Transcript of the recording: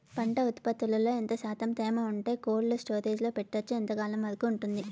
పంట ఉత్పత్తులలో ఎంత శాతం తేమ ఉంటే కోల్డ్ స్టోరేజ్ లో పెట్టొచ్చు? ఎంతకాలం వరకు ఉంటుంది